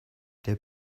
der